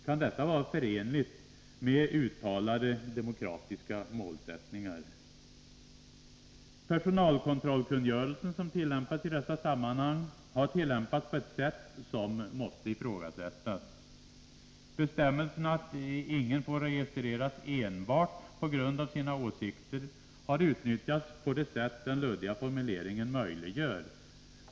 Kan det vara förenligt med uttalade demokratiska målsättningar? Personalkontrollkungörelsen, som tillämpas i dessa sammanhang, har tillämpats på ett sätt som måste ifrågasättas. Bestämmelsen att ingen får registreras enbart på grund av sina åsikter har utnyttjats på det sätt som den luddiga formuleringen möjliggör.